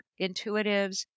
intuitives